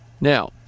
Now